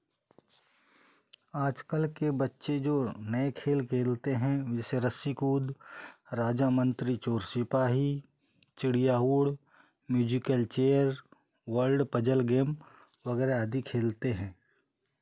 आज कल के बच्चे जो नए खेल खेलते हैं जैसे रस्सी कूद राजा मंत्री चोर सिपाही चिड़िया उड़ musical chair world puzzle game वगैरह आदि खेलते हैं